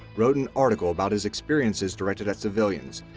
wrote an article about his experiences directed at civilians,